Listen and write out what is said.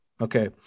Okay